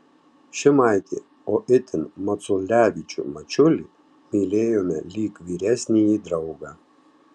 šimaitį o itin maculevičių mačiulį mylėjome lyg vyresnįjį draugą